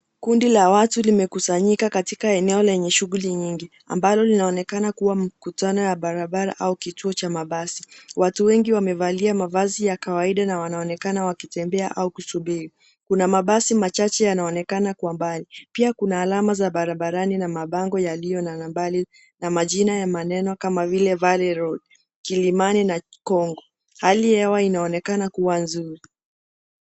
Kundi la watu limekusanyika katika eneo lenye shughuli nyingi, ambalo linaonekana kuwa mkutano ya barabara au kituo cha mabasi. Watu wengi wamevalia mavazi ya kawaida na wanaonekana wakitembea au kusubiri. Kuna mabasi machache yanaonekana kwa mbali. Pia kuna alama za barabarani na mabango yaliyo na nambari na majina ya maneno kama vile: Valley Road, Kilimani na Congo . Hali ya hewa inaonekana kuwa nzuri.